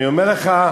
אני אומר לך,